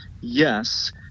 yes